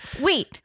Wait